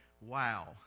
wow